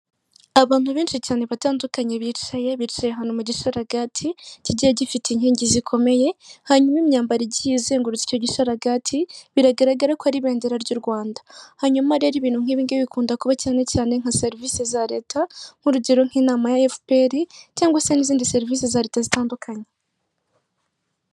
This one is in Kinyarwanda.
Abantu benshi cyane batandukanye bicaye, bicaye ahantu mu gisharagati kigiye gifite inkingi zikomeye hanyuma imyambaro igiye izengurutse icyo gisharagati biragaragara ko ari ibendera ry'u Rwanda. Hanyuma rero ibintu nk'ibingibi bikunda kuba cyane cyane nka serivise za Leta nk'urugero nk'inama za FPR cyangwa se n'izindi serivise za Leta zitandukanye.